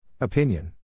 Opinion